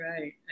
right